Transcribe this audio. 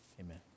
amen